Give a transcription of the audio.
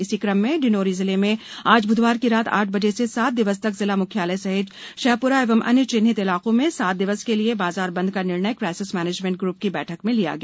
इसी कम में डिण्डौरी जिले में आज बुधवार की रात आठ बजे से सात दिवस तक जिला मुख्यालय सहित शहपुरा व अन्य चिन्हित इलाकों में सात दिवस के लिये बाजार बंद का निर्णय काइसेस मेनेजमेंट ग्रूप की बैठक में लिया गया